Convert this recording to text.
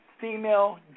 female